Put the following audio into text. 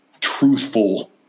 truthful